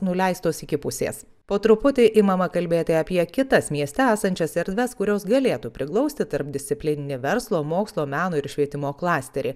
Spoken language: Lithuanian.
nuleistos iki pusės po truputį imama kalbėti apie kitas mieste esančias erdves kurios galėtų priglausti tarpdisciplininį verslo mokslo meno ir švietimo klasterį